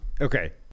okay